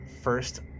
first